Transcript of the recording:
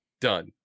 done